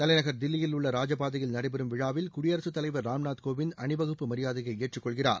தலைநகர் தில்லியில் உள்ள ராஜபாதையில் நடைபெறும் விழாவில் குடியரசுத் தலைவர் ராம்நாத் கோவிந்த் அணிவகுப்பு மரியாதையை ஏற்றுக்கொள்கிறார்